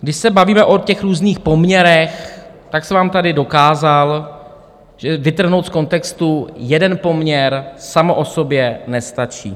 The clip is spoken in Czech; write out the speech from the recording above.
Když se bavíme o těch různých poměrech, tak jsem vám tady dokázal, že vytrhnout z kontextu jeden poměr samo o sobě nestačí.